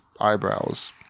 eyebrows